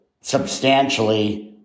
substantially